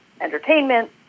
entertainment